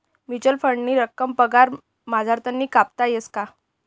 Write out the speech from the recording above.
Mutual फंडनी रक्कम पगार मझारतीन कापता येस का?